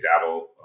dabble